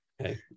Okay